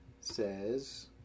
says